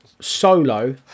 solo